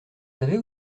savez